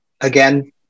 again